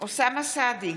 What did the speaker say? אוסאמה סעדי,